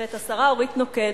ואת השרה אורית נוקד,